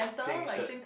pink shirt